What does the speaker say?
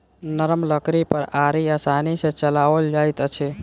नरम लकड़ी पर आरी आसानी सॅ चलाओल जाइत अछि